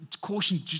caution